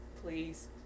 Please